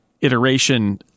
iteration